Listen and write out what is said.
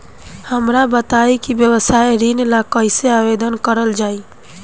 हमरा बताई कि व्यवसाय ऋण ला कइसे आवेदन करल जाई?